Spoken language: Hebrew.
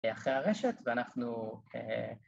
‫אחרי הרשת, ואנחנו...